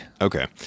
Okay